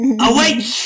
Awake